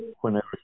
whenever